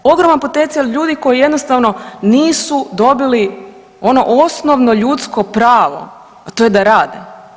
Ogroman potencijal ljudi koji jednostavno nisu dobili ono osnovno ljudsko pravo, a to je da rade.